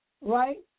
right